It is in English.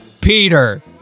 Peter